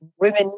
women